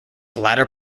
latter